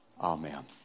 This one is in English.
Amen